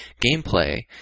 gameplay